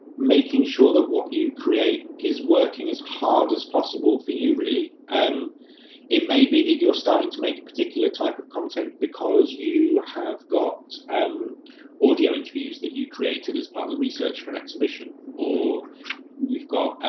making sure that what you create is working as hard as possible for you really. um it may be that you are starting to make a particular type of content because you have got um audio interviews that you created as part of the research for an exhibition, or you have got